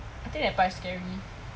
I think that part is scary